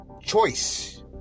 choice